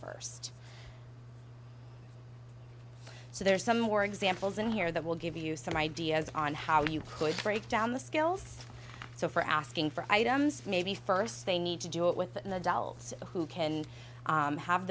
first so there are some more examples in here that will give you some ideas on how you could break down the skills so for asking for items maybe first they need to do it with an adult who can have